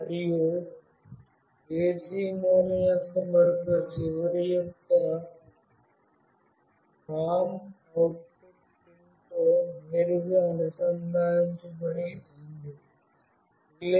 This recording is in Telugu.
మరియు AC మూలం యొక్క మరొక చివరయొక్క COM అవుట్పుట్ పిన్తో నేరుగా నుసంధానించబడి ఉంది రిలే